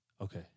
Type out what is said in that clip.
Okay